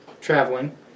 traveling